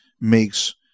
makes